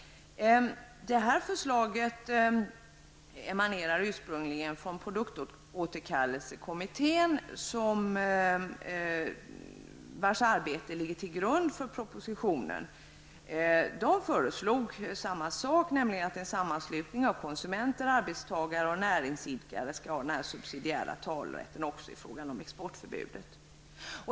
Detta förslag emanerar ursprungligen från produktåterkallelsekommittén, vars arbete ligger till grund för propositionen. Kommittén föreslog samma sak, nämligen att en sammanslutning av konsumenter, arbetstagare eller näringsidkare skall ha subsidiär talerätt också i frågor om exportförbud.